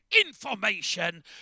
information